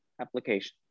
application